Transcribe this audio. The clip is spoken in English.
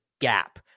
gap